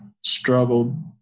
struggled